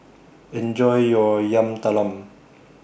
Enjoy your Yam Talam